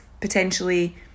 potentially